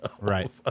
Right